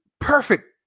perfect